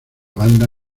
banda